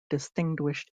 distinguished